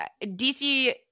DC